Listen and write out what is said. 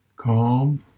calm